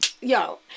yo